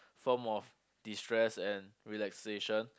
form of destress and relaxation